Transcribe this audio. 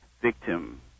victim